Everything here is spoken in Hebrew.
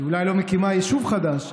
אולי היא לא מקימה יישוב חדש,